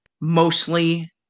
mostly